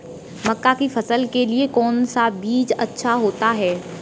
मक्का की फसल के लिए कौन सा बीज अच्छा होता है?